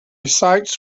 sights